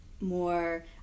more